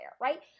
right